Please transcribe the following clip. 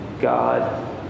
God